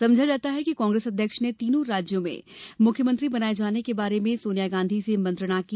समझा जाता है कि कांग्रेस अध्यक्ष ने तीनो राज़्यों में मुख्यमंत्री बनाये जाने के बारे में सोनिया गांधी से मंत्रणा की